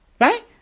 right